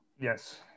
Yes